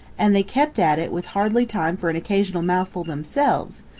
and they kept at it with hardly time for an occasional mouthful themselves,